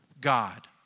God